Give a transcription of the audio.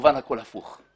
כמובן הכול הפוך.